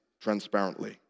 transparently